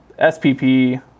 spp